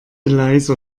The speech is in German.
leiser